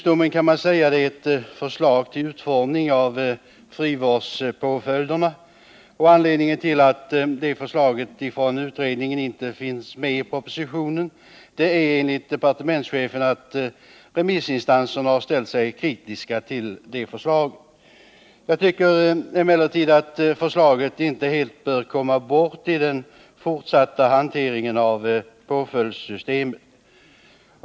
Detta kan sägas vara ett förslag i fråga om utformningen av frivårdspåföljderna. Anledningen till att förslaget inte finns med i propositionen är enligt departementschefen att remissinstanserna har ställt sig kritiska till det. Jag tycker emellertid att förslaget inte helt bör komma bort i den fortsatta hanteringen av frågan om påföljdssystemet.